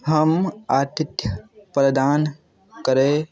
हम आतिथ्य प्रदान करै